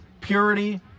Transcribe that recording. purity